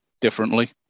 differently